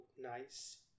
nice